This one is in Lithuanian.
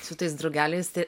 su tais drugeliais tai